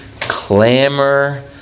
clamor